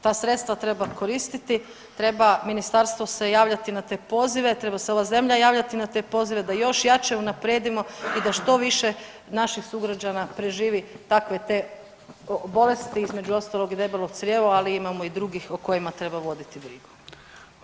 Ta sredstva treba koristiti, treba ministarstvo se javljati na te pozive, treba se ova zemlja javljati na te pozive da još jače unaprijedimo i da što više naših sugrađana preživi takve te bolesti između ostalog i debelo crijevo, ali imamo i drugih o kojima treba voditi brigu.